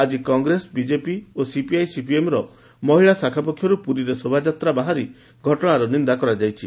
ଆକି କଂଗ୍ରେସବିଜେପି ଓ ସିପିଆଇ ସିପିଆଇଏମ୍ର ମହିଳା ଶାଖା ପକ୍ଷରୁ ଶୋଭାଯାତ୍ରା ବାହାରି ଏହି ଘଟଶାର ନିନ୍ଦା କରାଯାଇଛି